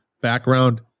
background